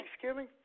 Thanksgiving